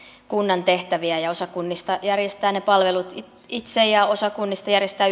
kunnan tehtäviä ja ja osa kunnista järjestää ne palvelut itse ja osa kunnista järjestää